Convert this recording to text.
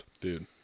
Dude